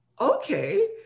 okay